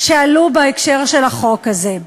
שעלו בהקשר של החוק הזה.